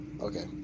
okay